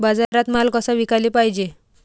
बाजारात माल कसा विकाले पायजे?